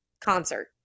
concert